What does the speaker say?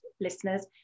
listeners